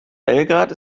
belgrad